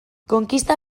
konkista